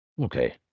Okay